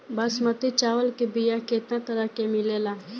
बासमती चावल के बीया केतना तरह के मिलेला?